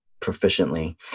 proficiently